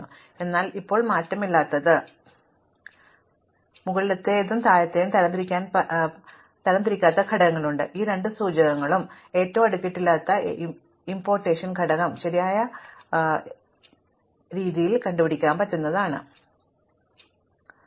അതിനാൽ ഇതാണ് ഇപ്പോൾ മാറ്റമില്ലാത്തത് ഇടത് ഭാഗത്ത് താഴത്തെ കാര്യവും വലത് ഭാഗത്തിന് മുകളിലെ കാര്യവും അതിനിടയിൽ നമുക്ക് തരംതിരിക്കാത്ത ഘടകങ്ങളുമുണ്ട് എന്നാൽ നമുക്ക് ഈ രണ്ട് സൂചകങ്ങളുണ്ട് ഇടത് ഏറ്റവും അടുക്കിയിട്ടില്ലാത്ത ഇടത് ഏറ്റവും ഇംപാർട്ടേഷൻ ഘടകം ശരിയായ ഏറ്റവും കൂടുതൽ നൽകുന്ന ഘടകം